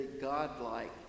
godlike